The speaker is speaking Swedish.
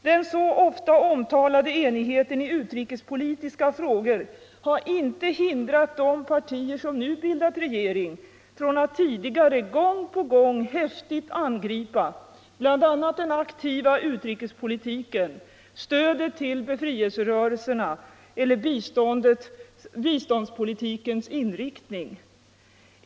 Den så ofta omtatade enigheten i utrikespolitiska frågor har inte hindrat de partier som nu bildat regering från att tidigare gång på gång häftigt angripa bl.a. den aktiva utrikespolitiken, stödet till befrielserörelserna eller biståndspolitikens inriktning.